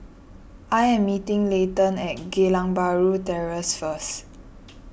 I am meeting Leighton at Geylang Bahru Terrace first